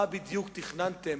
מה בדיוק תכננתם,